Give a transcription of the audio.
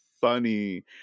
funny